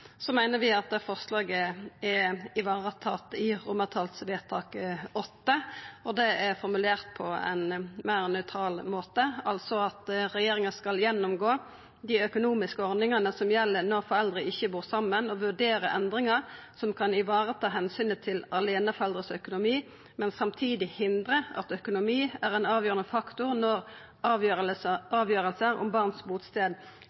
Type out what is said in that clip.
meiner vi at det forslaget er varetatt i VIII. Der er det formulert på ein meir nøytral måte – altså at regjeringa skal gjennomgå dei økonomiske ordningane som gjeld når foreldre ikkje bur saman, og vurdera endringar som kan vareta omsynet til aleineforeldra sin økonomi, men samtidig hindra at økonomi er ein avgjerande faktor når